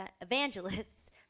evangelists